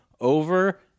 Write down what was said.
over